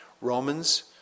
Romans